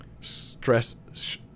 Stress